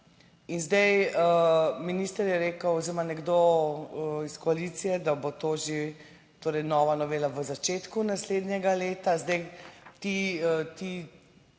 in zdaj minister je rekel oziroma nekdo iz koalicije, da bo to že torej nova novela v začetku naslednjega leta.